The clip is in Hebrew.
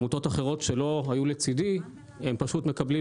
עמותות אחרות שלא היו לצידי פשוט מקבלות